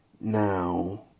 Now